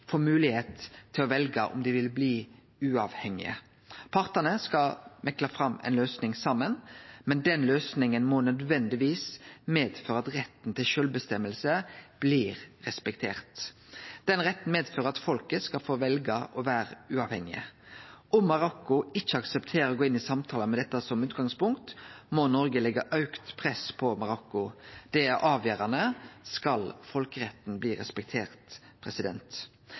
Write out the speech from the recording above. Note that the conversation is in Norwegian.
få moglegheit til å velje om dei vil bli uavhengig. Partane skal mekle fram ei løysing saman, men den løysinga må nødvendigvis medføre at retten til sjølvstyre blir respektert. Den retten medfører at folket skal få velje å vere uavhengige. Om Marokko ikkje aksepterer å gå inn i samtalar med dette som utgangspunkt, må Noreg leggje auka press på Marokko. Det er avgjerande om folkeretten skal bli respektert.